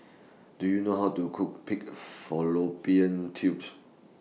Do YOU know How to Cook Pig Fallopian Tubes